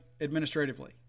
administratively